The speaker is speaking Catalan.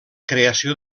creació